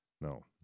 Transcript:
No